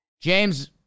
James